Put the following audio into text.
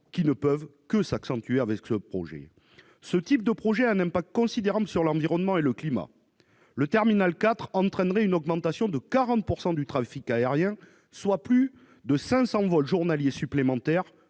ne peut qu'accentuer. Ce type de projet a un impact considérable sur l'environnement et sur le climat. Le terminal 4 entraînerait une augmentation de 40 % du trafic aérien, soit plus de 500 vols journaliers supplémentaires,